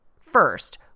First